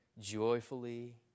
joyfully